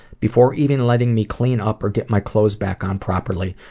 before even letting me clean up or getting my clothes back on properly,